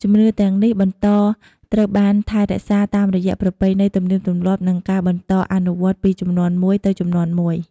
ជំនឿទាំងនេះបន្តត្រូវបានថែរក្សាតាមរយៈប្រពៃណីទំនៀមទម្លាប់ និងការបន្តអនុវត្តន៍ពីជំនាន់មួយទៅជំនាន់មួយ។